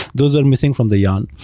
those are missing from the yarn.